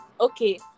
okay